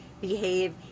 behave